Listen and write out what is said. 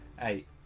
Eight